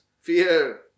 fear